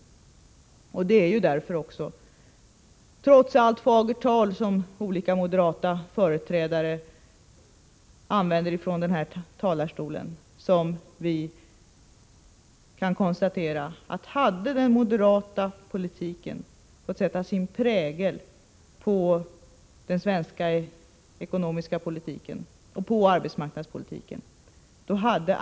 Trots allt fagert tal ifrån kammarens talarstol från olika moderata företrädare, kan vi konstatera att antalet arbetslösa i Sverige i dag hade varit åtskilligt mycket större än vad som nu är fallet, om den moderata politiken hade fått sätta sin prägel på den svenska ekonomiska politiken och på arbetsmarknadspolitiken.